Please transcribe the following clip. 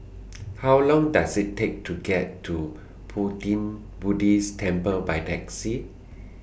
How Long Does IT Take to get to Pu Ting Pu Ti Buddhist Temple By Taxi